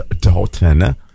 Dalton